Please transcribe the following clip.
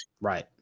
Right